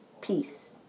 peace